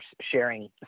sharing